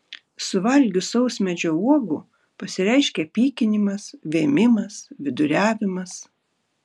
suvalgius sausmedžio uogų pasireiškia pykinimas vėmimas viduriavimas